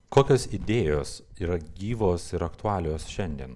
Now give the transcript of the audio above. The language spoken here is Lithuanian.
kokios idėjos yra gyvos ir aktualios šiandien